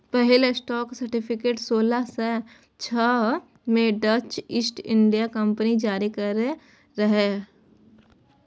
पहिल stock certificate सोलह सय छह मे डच ईस्ट इंडिया कंपनी जारी करने रहै